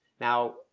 Now